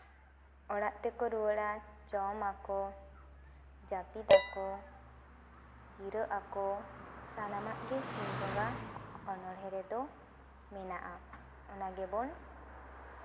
ᱚᱲᱟᱜ ᱛᱮᱠᱚ ᱨᱩᱣᱟᱹᱲᱟ ᱡᱚᱢ ᱟᱠᱚ ᱡᱟᱯᱤᱫᱟᱠᱚ ᱡᱤᱨᱟᱹᱜ ᱟᱠᱚ ᱥᱟᱱᱟᱢᱟᱜ ᱜᱮ ᱥᱤᱧ ᱵᱚᱸᱜᱟ ᱚᱱᱚᱲᱦᱮᱸ ᱨᱮᱫᱚ ᱢᱮᱱᱟᱜᱼᱟ ᱚᱱᱟ ᱜᱮᱵᱚᱱ